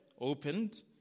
opened